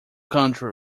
country